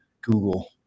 Google